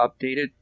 updated